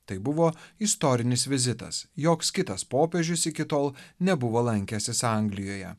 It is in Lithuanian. tai buvo istorinis vizitas joks kitas popiežius iki tol nebuvo lankęsis anglijoje